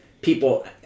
People